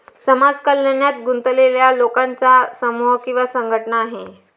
समाज कल्याणात गुंतलेल्या लोकांचा समूह किंवा संघटना आहे